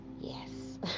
Yes